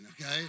okay